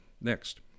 Next